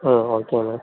ம் ஓகேங்க